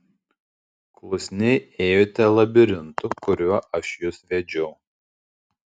klusniai ėjote labirintu kuriuo aš jus vedžiau